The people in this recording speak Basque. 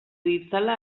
ditzala